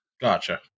Gotcha